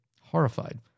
horrified